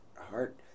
heart